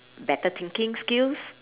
better thinking skills